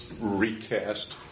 recast